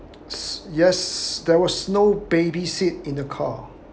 s~ yes there was no baby seat in the car